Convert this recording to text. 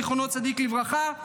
זכר צדיק לברכה,